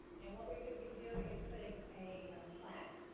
and what we would be doing is putting a plaque,